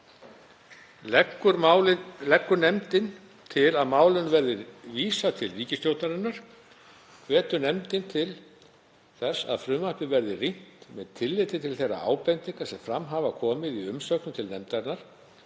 leggur nefndin til að málinu verði vísað til ríkisstjórnarinnar. Hvetur nefndin til að frumvarpið verði rýnt með tilliti til þeirra ábendinga sem fram hafa komið í umsögnum til nefndarinnar